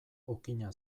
okina